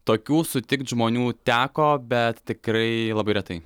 tokių sutikt žmonių teko bet tikrai labai retai